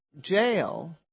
jail